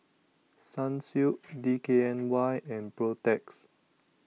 Sunsilk D K N Y and Protex